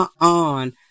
on